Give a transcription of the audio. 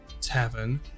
tavern